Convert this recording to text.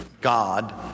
God